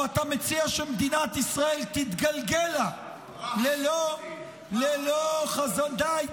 או אתה מציע שמדינת ישראל תתגלגל לה ללא חזון ------ די,